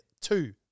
two